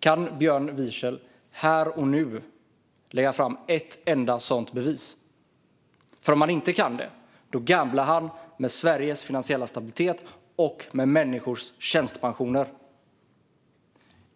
Kan Björn Wiechel här och nu lägga fram ett enda sådant bevis? Om han inte kan det gamblar han med Sveriges finansiella stabilitet och med människors tjänstepensioner.